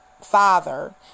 father